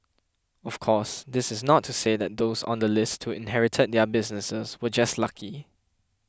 of course this is not to say that those on the list who inherited their businesses were just lucky